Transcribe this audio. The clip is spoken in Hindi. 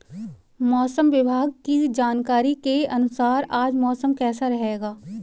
मौसम विभाग की जानकारी के अनुसार आज मौसम कैसा रहेगा?